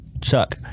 Chuck